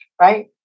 right